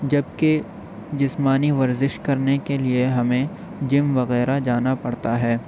جب کہ جسمانی ورزش کرنے کے لیے ہمیں جم وغیرہ جانا پڑتا ہے